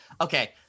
okay